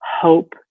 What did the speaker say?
hope